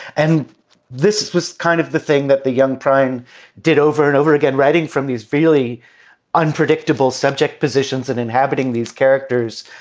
and this was kind of the thing that the young train did over and over again, writing from these fairly unpredictable subject positions and inhabiting these characters